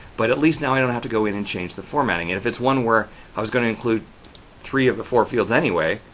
but at least now i don't have to go in and change the formatting. and if it's one where i was going to include three of the four fields anyway,